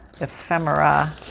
ephemera